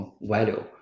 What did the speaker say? value